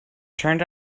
turn